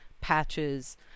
patches